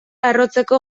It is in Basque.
arrotzeko